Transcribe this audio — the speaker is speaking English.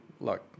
look